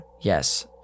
Yes